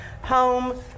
home